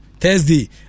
Thursday